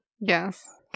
yes